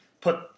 put